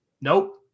Nope